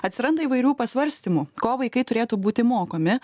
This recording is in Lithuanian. atsiranda įvairių pasvarstymų ko vaikai turėtų būti mokomi